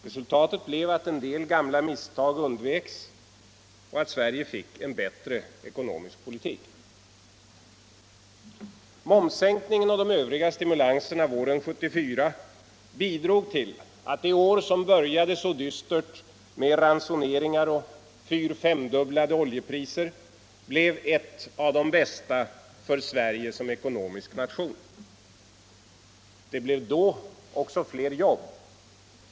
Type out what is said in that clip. Resultatet blev att en del gamla misstag undveks, att Sverige fick en bättre ekonomisk politik. Momssänkningen och de övriga stimulanserna våren 1974 bidrog till att ge sin politik en bredare förankring. Resultatet blev att en del gamla oljepriser blev ett av de bästa i svensk ekonomi. Det blev då också fler jobb.